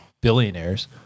billionaires